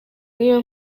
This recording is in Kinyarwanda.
n’iyo